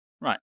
Right